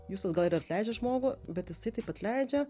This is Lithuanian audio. justas gal ir atleidžia žmogų bet jisai taip atleidžia